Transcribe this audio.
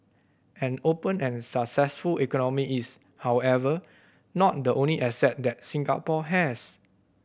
an open and successful economy is however not the only asset that Singapore has